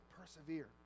Persevere